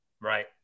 Right